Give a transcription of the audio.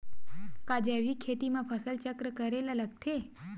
का जैविक खेती म फसल चक्र करे ल लगथे?